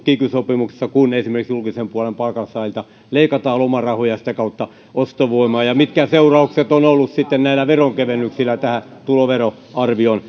kiky sopimuksessa kun esimerkiksi julkisen puolen palkansaajilta leikataan lomarahoja ja sitä kautta ostovoimaa mitkä seuraukset ovat olleet sitten näillä veronkevennyksillä tähän tuloveroarvion